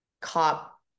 COP